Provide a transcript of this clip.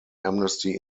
amnesty